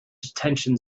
detention